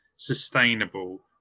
sustainable